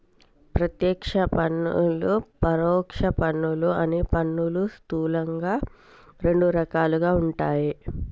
ప్రత్యక్ష పన్నులు, పరోక్ష పన్నులు అని పన్నులు స్థూలంగా రెండు రకాలుగా ఉంటయ్